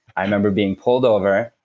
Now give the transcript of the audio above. i remember being pulled over,